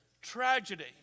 tragedy